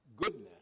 Goodness